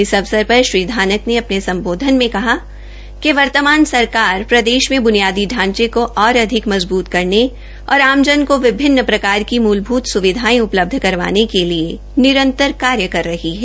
इस अवसर पर श्री धानक ने अपने संबोधन में कहा कि वर्तमान सरकार प्रदेश में बुनियादी ढांचे को औंश्र अधिक मजबूत करने और आमजन को विभिन्न प्रकार की मूलभूत सुविधायें उपलब्ध करवाने के लिए निरतर कार्य कर रही है